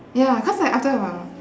ya cause like after a while